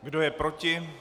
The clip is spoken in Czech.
Kdo je proti?